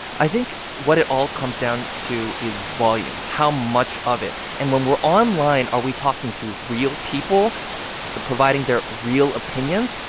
i think what it all comes down to is volume, how much of it, and when we're online, are we talking to real people providing their real opinions?